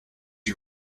you